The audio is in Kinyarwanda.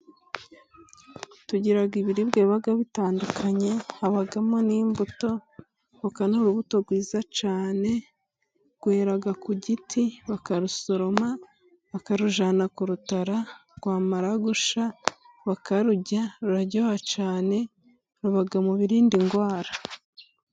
Tugira ibiribwa biba bitandukanye habamo n'imbuto. Voka ni urubuto rwiza cyane, rwera ku giti bakarusoroma bakarujyana ku rutara, rwamara gushya bakarurya. Ruraryoha cyane ruba mu birinda indwara.